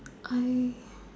I